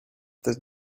the